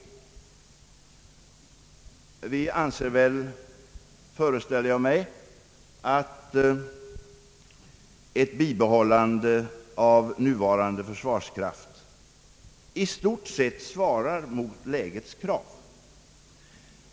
Vi anser väl — föreställer jag mig — att ett bibehållande av nuvarande försvarskraft i stort sett svarar mot lägets krav.